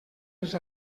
els